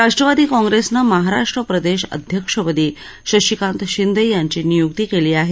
राष्ट्रवादी काँग्रेसनं महाराष्ट्र प्रदेश अध्यक्षपदी शशिकांत शिंदे यांची नियुक्ती केली आहे